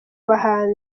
bahanzi